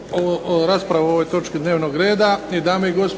raspravu o ovoj točki dnevnog reda.